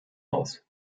aus